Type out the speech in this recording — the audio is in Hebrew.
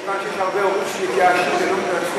שמעתי שהרבה הורים התייאשו ולא,